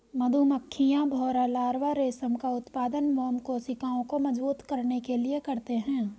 मधुमक्खियां, भौंरा लार्वा रेशम का उत्पादन मोम कोशिकाओं को मजबूत करने के लिए करते हैं